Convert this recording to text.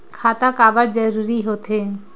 खाता काबर जरूरी हो थे?